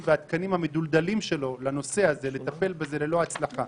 והתקנים המדולדלים שלו לנושא הזה לטפל בזה ללא הצלחה,